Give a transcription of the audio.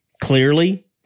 clearly